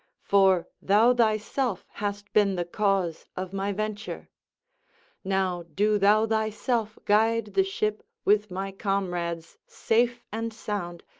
for thou thyself hast been the cause of my venture now do thou thyself guide the ship with my comrades safe and sound,